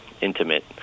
intimate